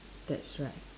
that's right